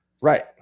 Right